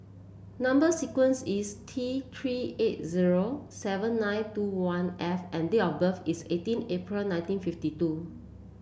number sequence is T Three eight zero seven nine two one F and date of birth is eighteen April nineteen fifty two